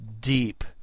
deep